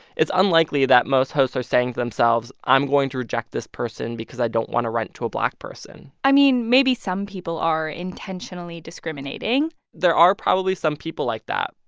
it's unlikely that most hosts are saying to themselves, i'm going to reject this person because i don't want to rent to a black person i mean, maybe some people are intentionally discriminating there are probably some people like that,